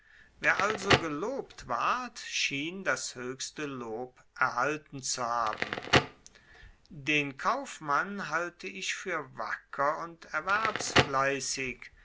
wer also gelobt ward schien das hoechste lob erhalten zu haben den kaufmann halte ich fuer wacker und